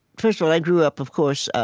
first of all, i grew up, of course,